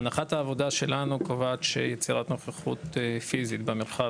הנחת העבודה שלנו קובעת שיצירת נוכחות פיזית במרחב